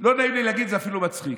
לא נעים לי להגיד, זה אפילו מצחיק.